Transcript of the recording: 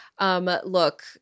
Look